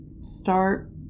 start